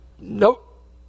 Nope